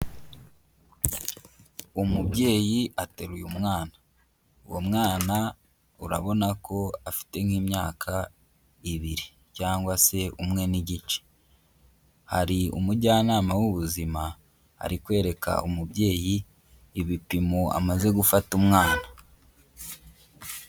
Umubyeyi ateruye umwana. Uwo mwana urabona ko afite nk'imyaka ibiri cyangwa se umwe n'igice. Hari umujyanama w'ubuzima ari kwereka umubyeyi ibipimo amaze gufata umwana.